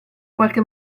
qualche